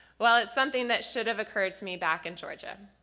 well, it's something that should have occurred to me back in georgia,